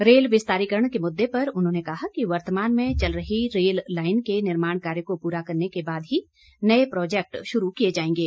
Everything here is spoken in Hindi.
रेल विस्तारीकरण के मुद्दे पर उन्होंने कहा कि वर्तमान में चल रही रेल लाईन के निर्माण कार्य को पूरा करने के बाद ही नए प्रोजेक्ट शुरू किए जाएंगे